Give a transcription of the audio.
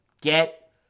get